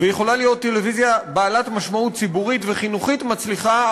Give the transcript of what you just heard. ויכולה להיות טלוויזיה בעלת משמעות ציבורית וחינוכית מצליחה,